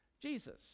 Jesus